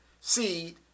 seed